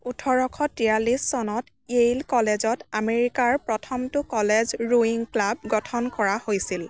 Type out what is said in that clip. ওঠৰশ তিয়াল্লিছ চনত য়েইল কলেজত আমেৰিকাৰ প্ৰথমটো কলেজ ৰোয়িং ক্লাব গঠন কৰা হৈছিল